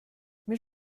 mais